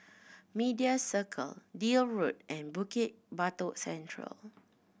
Media Circle Deal Road and Bukit Batok Central